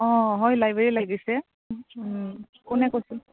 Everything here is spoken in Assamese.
অঁ হয় লাইব্ৰেৰীত লাগিছে কোনে কৈছে